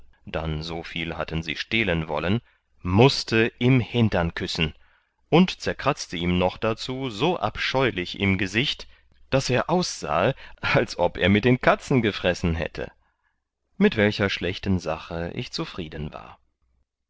dann so viel hatten sie stehlen wollen mußte im hindern küssen und zerkratzte ihm noch dazu so abscheulich im gesicht daß er aussahe als ob er mit den katzen gefressen hätte mit welcher schlechten sache ich zufrieden war